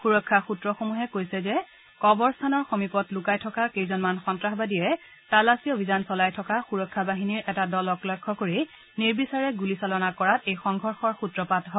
সুৰক্ষা সূত্ৰসমূহে কৈছে যে কবৰস্থানৰ সমীপত লুকাই থকা কেইজনমান সন্তাসবাদীয়ে তালাচী অভিযান চলাই থকা সুৰক্ষা বাহিনীৰ এটা দলক লক্ষ্য কৰি নিৰ্বিচাৰে গুলীচালনা কৰাত এই সংঘৰ্ষৰ সূত্ৰপাত হয়